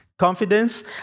confidence